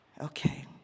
Okay